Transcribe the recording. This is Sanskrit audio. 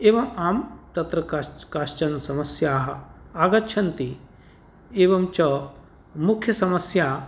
एव आं तत्र काचन् समस्याः आगच्छन्ति एवं च मुख्यसमस्या